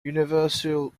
universal